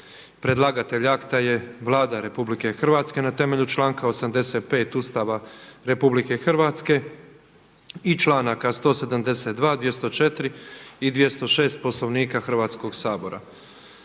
Predlagatelj akta je Vlada RH na temelju članka 85. Ustava RH i članaka 172., 204., i 206. Poslovnika Hrvatskoga sabora.